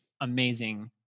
amazing